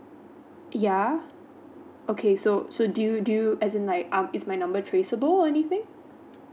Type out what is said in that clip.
ya okay so so do you do you as in like um is my number is traceable or anything